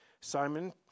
Simon